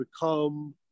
become